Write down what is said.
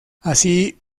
así